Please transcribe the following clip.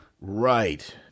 Right